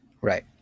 Right